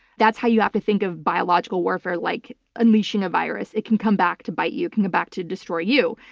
that's how you have to think of biological warfare, like unleashing a virus. it can come back to bite you. it can come back to destroy you.